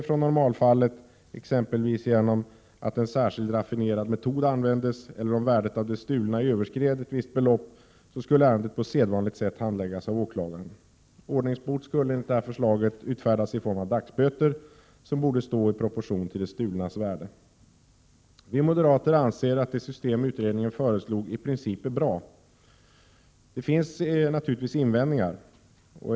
från normalfallet, exempelvis genom att en särskilt raffinerad metod användes eller om värdet av det stulna överskred ett visst belopp, skulle ärendet på sedvanligt sätt handläggas av åklagaren. Ordningsbot skulle enligt det här förslaget utfärdas i form av dagsböter, som borde stå i proportion till det stulnas värde. Vi moderater anser att det system utredningen föreslog i princip är bra, även om det naturligtvis finns invändningar.